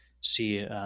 see